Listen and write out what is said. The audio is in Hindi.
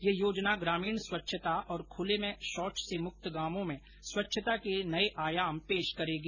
यह योजना ग्रामीण स्वच्छता और खुले में शौच से मुक्त गांवों में स्वच्छता के नये आयाम पेश करेगी